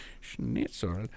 schnitzel